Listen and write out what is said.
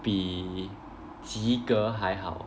比及格还好